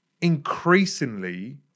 increasingly